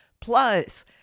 Plus